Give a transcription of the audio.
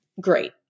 great